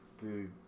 dude